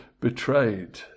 betrayed